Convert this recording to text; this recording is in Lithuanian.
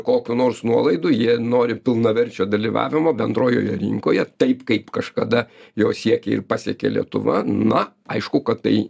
kokių nors nuolaidų jie nori pilnaverčio dalyvavimo bendrojoje rinkoje taip kaip kažkada jo siekė ir pasiekė lietuva na aišku kad tai